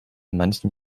manchen